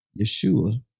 Yeshua